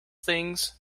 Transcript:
things